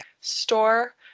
store